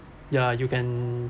ya you can